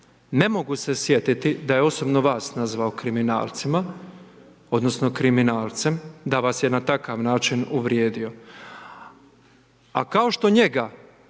ne mogu se sjetiti da je osobno vas nazvao kriminalcima, odnosno kriminalce, da vas je na takav način uvrijedio. A kao što njega,